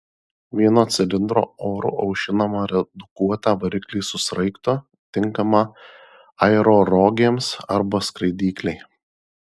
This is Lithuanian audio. vieno cilindro oru aušinamą redukuotą variklį su sraigtu tinkamą aerorogėms arba skraidyklei